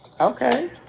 Okay